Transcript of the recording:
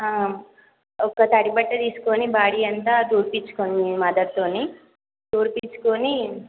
ఒక తడి బట్ట తీసుకొని బాడీ అంతా తుడిపించుకోండి మీ మదర్తోని తుడిపించుకొని